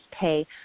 pay